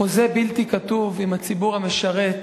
חוזה בלתי כתוב עם הציבור המשרת,